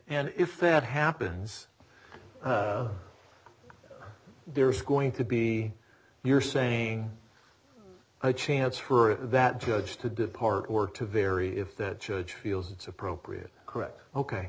and if that happens there's going to be you're saying a chance for that judge to depart or to vary if that judge feels it's appropriate correct ok